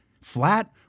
Flat